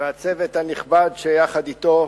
והצוות הנכבד שיחד אתו,